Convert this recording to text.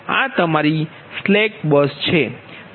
આ તમારી slack bus bus 1 છે